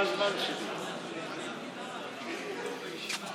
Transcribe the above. קובע כי עובד שבן זוגו הוא עובד ולא נעדר מעבודתו לצורך